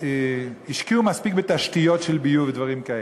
אז הן השקיעו מספיק בתשתיות של ביוב ודברים כאלה.